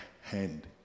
hand